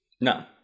no